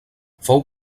fou